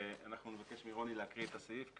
נבקש מרוני לקרוא את הסעיף,